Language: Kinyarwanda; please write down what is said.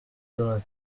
donald